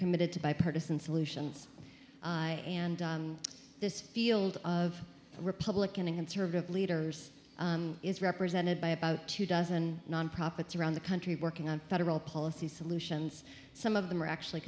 committed to bipartisan solutions and this field of republican and conservative leaders is represented by about two dozen nonprofits around the country working on federal policy solutions some of them are actually